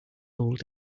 old